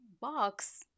box